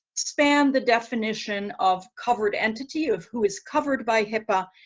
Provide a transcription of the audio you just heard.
expand the definition of covered entity of who is covered by hipaa,